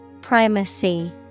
Primacy